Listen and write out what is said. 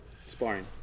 Sparring